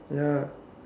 ya